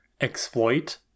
exploit